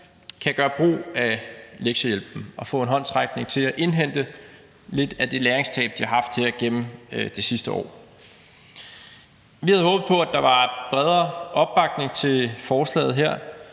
kan gøre brug af lektiehjælpen og få en håndsrækning til at indhente lidt af det læringstab, de har haft gennem det sidste år. Vi havde håbet på, at der var bredere opbakning til forslaget.